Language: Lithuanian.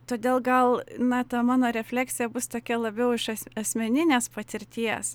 todėl gal na ta mano refleksija bus tokia labiau iš as asmeninės patirties